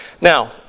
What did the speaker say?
Now